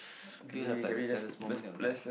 do you have like the saddest moment in your life